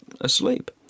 asleep